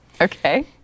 Okay